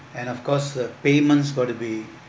and of course the payments got to be